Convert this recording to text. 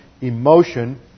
emotion